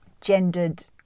gendered